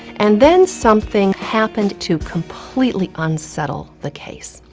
and then something happened to completely unsettle the case.